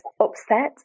upset